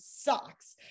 sucks